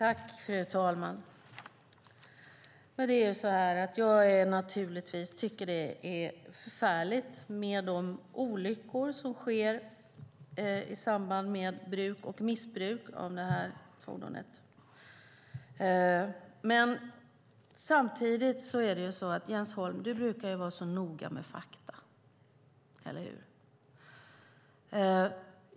Fru talman! Jag tycker naturligtvis att det är förfärligt med de olyckor som sker i samband med bruk och missbruk av detta fordon. Men samtidigt måste jag säga att du, Jens Holm, brukar vara så noga med fakta, eller hur?